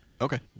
Okay